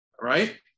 right